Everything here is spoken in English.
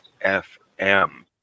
FM